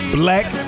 black